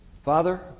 Father